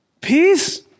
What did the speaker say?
Peace